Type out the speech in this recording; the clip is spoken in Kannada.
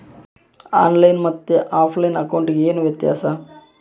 ಆನ್ ಲೈನ್ ಮತ್ತೆ ಆಫ್ಲೈನ್ ಅಕೌಂಟಿಗೆ ಏನು ವ್ಯತ್ಯಾಸ?